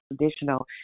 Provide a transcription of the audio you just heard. traditional